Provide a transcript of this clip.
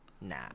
Nah